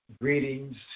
greetings